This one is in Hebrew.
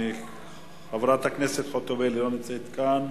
חברת הכנסת חוטובלי, לא נמצאת כאן.